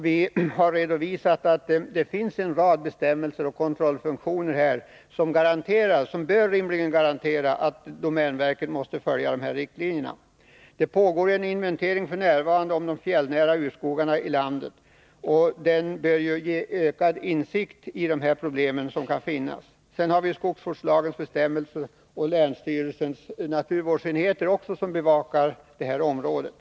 Vi har redovisat att det finns en rad bestämmelser och kontrollfunktioner som rimligen bör garantera att domänverket följer dessa riktlinjer. Det pågår f. n. en inventering av de fjällnära urskogarna i landet. Den bör ge ökad insikt i de problem som kan finnas. Dessutom har vi skogsvårdslagens bestämmelser. Vidare bevakar länsstyrelsernas naturvårdsenheter det här området.